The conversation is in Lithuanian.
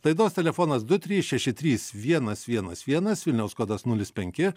laidos telefonas du trys šeši trys vienas vienas vienas vilniaus kodas nulis penki